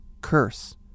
curse